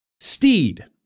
Steed